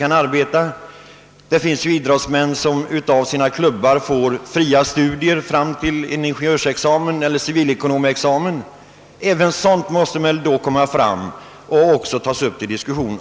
Det finns exempelvis idrottsmän som av sina klubbar får fria studier till ingenjörsexamen eller ekonomexamen. Även sådana ting måste väl beaktas av en utredning.